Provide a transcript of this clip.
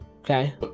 Okay